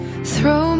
Throw